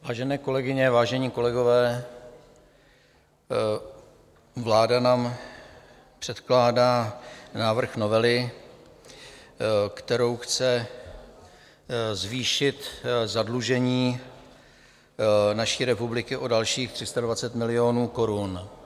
Vážené kolegyně, vážení kolegové, vláda nám předkládá návrh novely, kterou chce zvýšit zadlužení naší republiky o dalších 320 milionů korun.